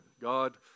God